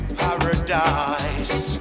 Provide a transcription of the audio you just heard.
paradise